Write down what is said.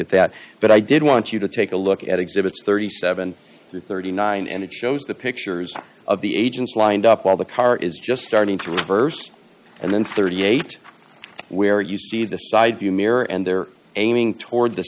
at that but i did want you to take a look at exhibits three thousand seven hundred and thirty nine and it shows the pictures of the agents lined up while the car is just starting to reverse and then thirty eight where you see the side view mirror and they're aiming toward the